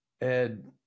Ed